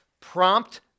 prompt